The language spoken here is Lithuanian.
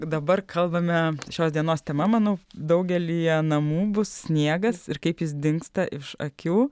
dabar kalbame šios dienos tema manau daugelyje namų bus sniegas ir kaip jis dingsta iš akių